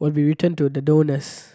will be returned to the donors